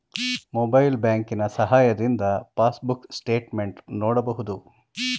mobile ಬ್ಯಾಂಕಿನ ಸಹಾಯದಿಂದ passbook statement ನೋಡಬಹುದು